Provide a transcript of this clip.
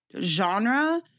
genre